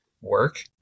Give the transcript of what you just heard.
work